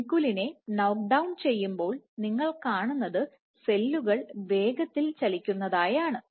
വിൻകുലിനെ knockdown Knock down ചെയ്യുമ്പോൾ നിങ്ങൾ കാണുന്നത് സെല്ലുകൾ വേഗത്തിൽ ചലിക്കുന്നതായി ആണ്